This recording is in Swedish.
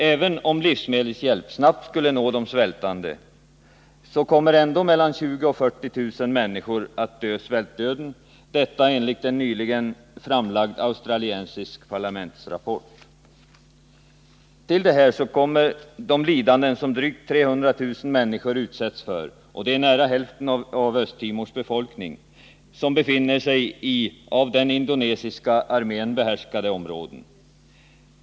Även om livsmedelshjälp snabbt skulle nå de svältande, kommer mellan 20 000 och 40 000 att dö svältdöden — detta enligt en nyligen framlagd australiensisk parlamentsrapport. Till detta kommer de lidanden som de drygt 300 000 människor utsätts för — det är nära hälften av Östtimors befolkning — som befinner sig i av den indonesiska armén behärskade områden.